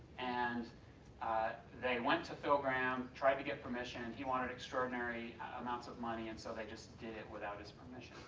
and ah they went to bill graham, tried to get permission, he wanted extraordinary amounts of money and so they just did it without his permission.